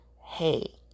hey